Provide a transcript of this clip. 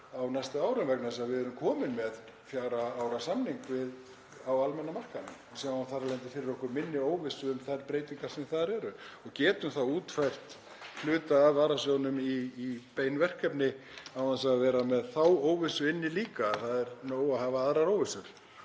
á næstu árum vegna þess að við erum komin með fjögurra ára samning á almenna markaðnum. Við sjáum þar af leiðandi fyrir okkur minni óvissu um breytingar sem þar eru og getum þá útfært hluta af varasjóðnum í bein verkefni án þess að vera með þá óvissu inni líka, það er nóg með aðra óvissu.